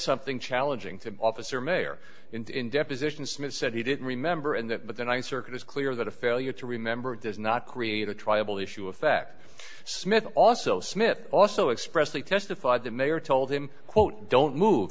something challenging to officer mayor in deposition smith said he didn't remember and that the th circuit is clear that a failure to remember does not create a triable issue affect smith also smith also expressed he testified the mayor told him quote don't move